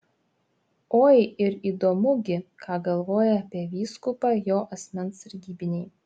oi ir įdomu gi ką galvoja apie vyskupą jo asmens sargybiniai